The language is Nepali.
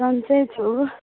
सन्चै छु